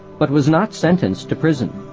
but was not sentenced to prison.